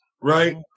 right